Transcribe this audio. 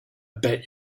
bet